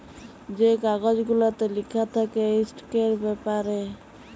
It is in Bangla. যে কাগজ গুলাতে লিখা থ্যাকে ইস্টকের ব্যাপারে